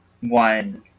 one